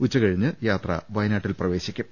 ഉച്ചകഴിഞ്ഞ് യാത്ര വയനാട്ടിൽ പ്രവേശിക്കും